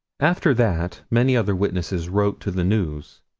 after that many other witnesses wrote to the news.